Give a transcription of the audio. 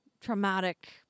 traumatic